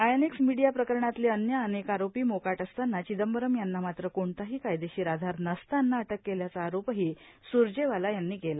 INX media प्रकरणातले अन्य अनेक आरोपी मोकाट असताना चिदंबरम यांना मात्र कोणताही कायदेषीर आधार नसताना अटक केल्याचा आरोपही सुरजेवाला यांनी केला